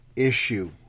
Issue